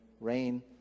rain